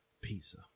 Pizza